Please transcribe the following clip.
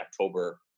October